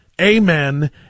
amen